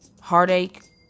Heartache